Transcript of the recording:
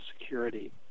security